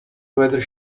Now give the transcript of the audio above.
whether